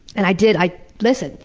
and i did, i listened,